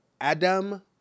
Adam